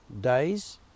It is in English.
days